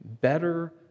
better